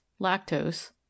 lactose